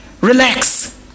relax